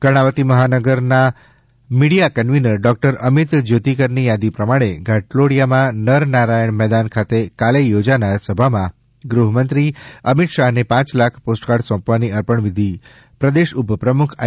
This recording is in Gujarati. કર્ણાવતી મહાનગર ના મીડિયાકન્વીનર ડોક્ટર અમિત જ્યોતિકરની યાદી પ્રમાણે ઘાટલોડીયા માં નર નારાયણ મેદાન ખાતે કાલેયોજાનાર સભા માં ગૃહ મંત્રી અમિત શાહ ને પાંચ લાખ પોસ્ટકાર્ડ સોંપવાની અર્પણવિધિ પ્રદેશઉપપ્રમુખ આઈ